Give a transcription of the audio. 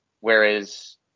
whereas